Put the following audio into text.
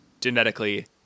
genetically